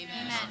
Amen